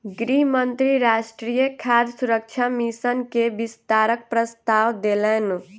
गृह मंत्री राष्ट्रीय खाद्य सुरक्षा मिशन के विस्तारक प्रस्ताव देलैन